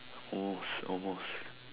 almost almost